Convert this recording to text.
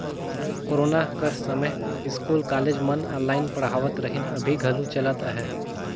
corona कर समें school, college मन ऑनलाईन पढ़ावत रहिन, अभीं घलो चलत अहे